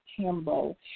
Campbell